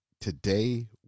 today